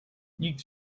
nikt